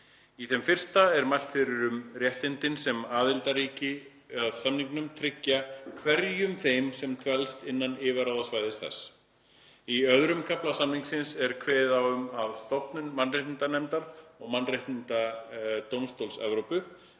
Í þeim fyrsta er mælt fyrir um réttindin sem aðildarríki að samningnum tryggja hverjum þeim, sem dvelst innan yfirráðasvæðis þeirra. Í II. kafla samningsins er kveðið á um stofnun mannréttindanefndar og Mannréttindadómstóls Evrópu,